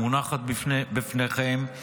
המונחת בפניכם,